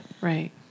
Right